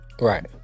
Right